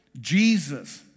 Jesus